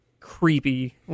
creepy